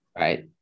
Right